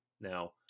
now